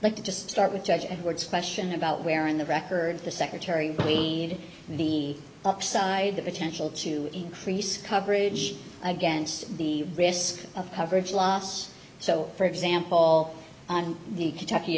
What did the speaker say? like to just start with judge edwards question about where in the records the secretary pleaded the upside the potential to increase coverage against the risk of coverage loss so for example on the kentucky